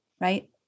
right